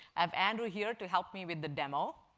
have andrew here to help me with the demo.